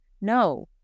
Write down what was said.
No